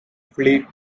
flee